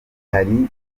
hari